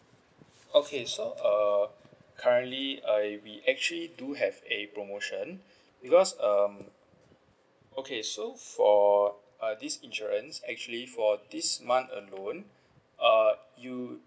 okay so uh currently I've been actually do have a promotion because um okay so for uh this insurance actually for this month alone uh you